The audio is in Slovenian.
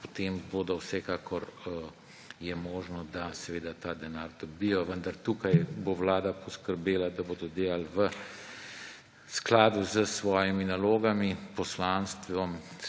potem je vsekakor možno, da ta denar dobijo. Vendar tukaj bo vlada poskrbela, da bodo delali v skladu s svojimi nalogami, poslanstvom,